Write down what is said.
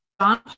John